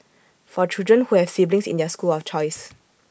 for children who have siblings in their school of choice